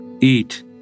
eat